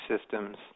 systems